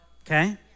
okay